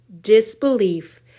disbelief